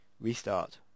Restart